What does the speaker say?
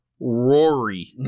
Rory